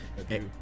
Okay